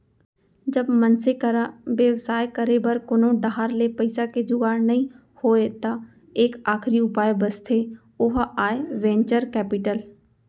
जब मनसे करा बेवसाय करे बर कोनो डाहर ले पइसा के जुगाड़ नइ होय त एक आखरी उपाय बचथे ओहा आय वेंचर कैपिटल